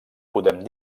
podem